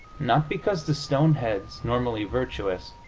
not because the stoneheads, normally virtuous,